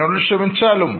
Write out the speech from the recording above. എന്നോട് ക്ഷമിച്ചാലും